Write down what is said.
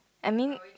I mean